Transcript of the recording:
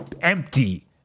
empty